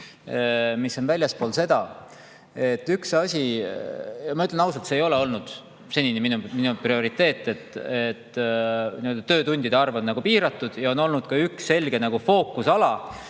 mis on väljaspool seda. Ma ütlen ausalt, see ei ole olnud senini minu prioriteet. Töötundide arv on piiratud ja on olnud üks selge fookusala,